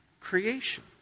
creation